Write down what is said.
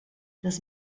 das